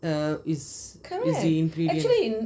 uh is is the ingredient